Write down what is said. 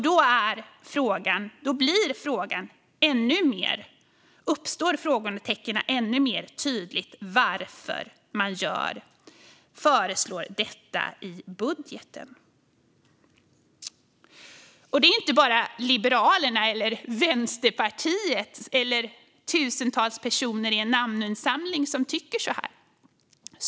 Då uppstår ännu tydligare frågetecknen: Varför föreslår man detta i budgeten? Det är inte bara Liberalerna, Vänsterpartiet eller tusentals personer i en namninsamling som tycker så här.